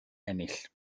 ennill